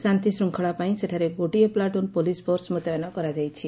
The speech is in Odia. ଶାନ୍ତିଶୂଙ୍ଖଳା ପାଇଁ ସେଠାରେ ଗୋଟିଏ ପ୍କାଟୁନ ପୋଲିସ ଫୋର୍ସ ମ୍ରତୟନ କରାଯାଇଛି